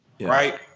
right